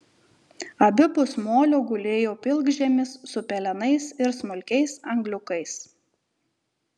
abipus molio gulėjo pilkžemis su pelenais ir smulkiais angliukais